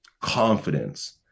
confidence